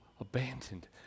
abandoned